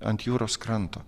ant jūros kranto